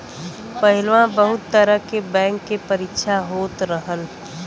पहिलवा बहुत तरह के बैंक के परीक्षा होत रहल